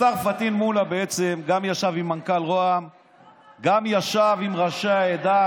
השר פטין מולא ישב עם מנכ"ל משרד ראש הממשלה וישב גם עם ראשי העדה.